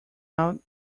out